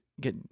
get